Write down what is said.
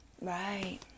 Right